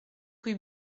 rue